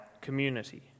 community